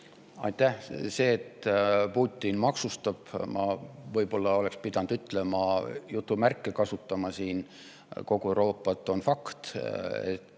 Aitäh! See, et Putin maksustab – ma võib-olla oleks pidanud jutumärke kasutama siin – kogu Euroopat, on fakt.